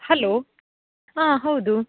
hello ಹಾಂ ಹೌದು